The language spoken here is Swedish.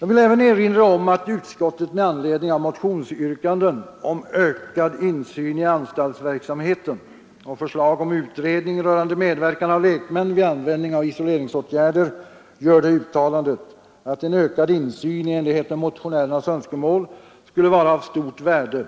Jag vill även erinra om att utskottet med anledning av motionsyrkanden om ökad insyn i anstaltsverksamheten och förslag om utredning rörande medverkan av lekmän vid användning av isoleringsåtgärder gör det uttalandet, att en ökad insyn i enlighet med motionärernas önskemål skulle vara av stort värde